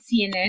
CNN